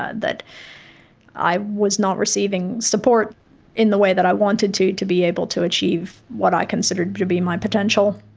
ah that i was not receiving support in the way that i wanted to to be able to achieve what i considered to be my potential.